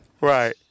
Right